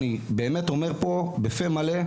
אני באמת אומר פה בפה מלא,